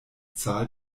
zahl